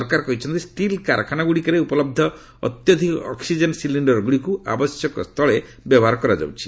ସରକାର କହିଛନ୍ତି ଷ୍ଟିଲ୍ କାରଖାନାଗୁଡ଼ିକରେ ଉପଲହ୍ଧ ଅତ୍ୟଧିକ ଅକ୍ସିକେନ ସିଲିଶ୍ଡରଗୁଡ଼ିକୁ ଆବଶ୍ୟକସ୍ଥଳେ ବ୍ୟବହାର କରାଯାଉଛି